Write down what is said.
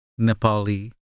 Nepali